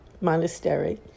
monastery